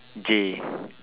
J